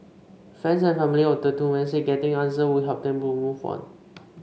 friends and family of the two men said getting answer would help them to move on